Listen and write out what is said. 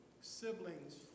siblings